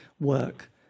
work